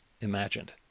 imagined